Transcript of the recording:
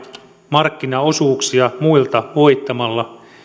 markkinaosuuksia muilta voittamalla